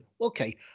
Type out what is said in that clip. okay